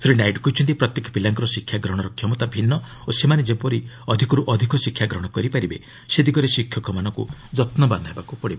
ଶ୍ରୀ ନାଇଡୁ କହିଛନ୍ତି ପ୍ରତ୍ୟେକ ପିଲାଙ୍କର ଶିକ୍ଷାଗ୍ରହଣର କ୍ଷମତା ଭିନ୍ନ ଓ ସେମାନେ ଯେପରି ଅଧିକରୁ ଅଧିକ ଶିକ୍ଷା ଗ୍ରହଣ କରିପାରିବେ ସେ ଦିଗରେ ଶିକ୍ଷକମାନଙ୍କୁ ଯତ୍ନବାନ ହେବାକୁ ପଡ଼ିବ